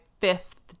fifth